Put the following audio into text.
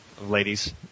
ladies